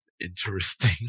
interesting